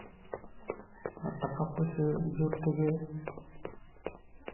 ᱴᱟᱠᱟ ᱯᱩᱭᱥᱟᱹ ᱡᱳᱨ ᱛᱮᱜᱮ